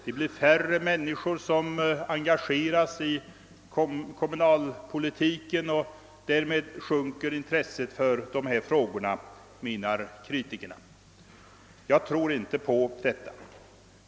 Det blir färre människor som engageras i kommunalpolitiken, och därmed sjunker intresset för de här frågorna, menar kritikerna. Jag tror inte på detta.